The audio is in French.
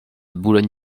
boulogne